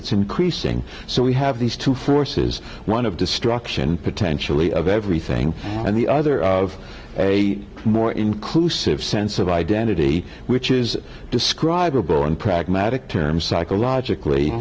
it's increasing so we have these two forces one of destruction potentially of everything and the other of a more inclusive sense of identity which is described in pragmatic terms psychologically